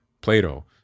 Plato